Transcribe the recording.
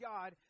God